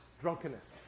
drunkenness